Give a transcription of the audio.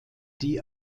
die